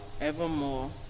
evermore